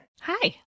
Hi